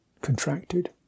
contracted